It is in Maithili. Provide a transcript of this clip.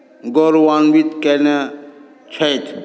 गौरवान्वित कयने छथि